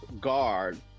guard